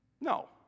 No